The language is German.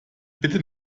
bitte